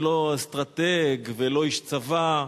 אני לא אסטרטג ולא איש צבא,